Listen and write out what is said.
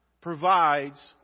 provides